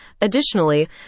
Additionally